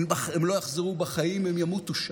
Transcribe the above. הן לא יחזרו בחיים, הן ימותו שם,